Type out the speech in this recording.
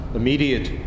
immediate